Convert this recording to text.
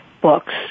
books